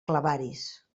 clavaris